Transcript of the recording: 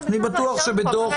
אני חושב שיש